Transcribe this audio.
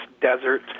desert